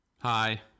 Hi